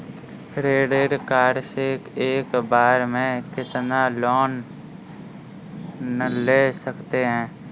Credit card से एक बार में कितना लोन ले सकते हैं?